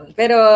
pero